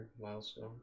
milestone